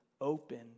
open